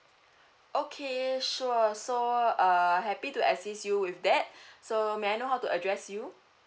okay sure so err happy to assist you with that so may I know how to address you